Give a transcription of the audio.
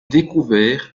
découvert